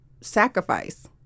sacrifice